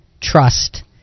Trust